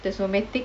there's romantic